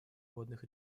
водных